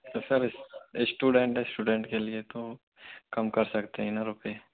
तो sir student student के लिए तो कम कर सकते हैं न रुपए